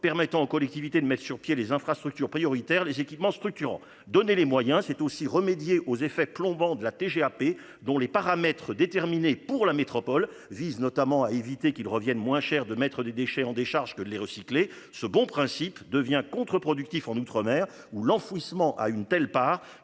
permettant aux collectivités de mettre sur pied les infrastructures prioritaires les équipements structurants, donner les moyens, c'est aussi remédier aux effets plombant de la TGAP dont les paramètres déterminés pour la métropole vise notamment à éviter qu'ils reviennent moins cher de mettre des déchets en décharge que de les recycler ce bon principe devient contre-productif en outre-mer où l'enfouissement à une telle part